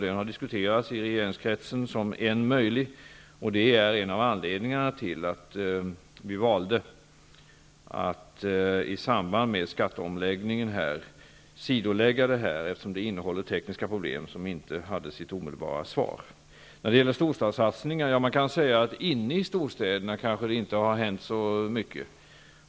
Den har diskuterats i regeringskretsen som en möjlig. Det är en av anledningarna till att vi valde att i samband med skatteomläggningen lägga detta åt sidan, eftersom det innehåller tekniska problem som inte hade sitt omedelbara svar. Inne i storstäderna kanske det inte har hänt så mycket.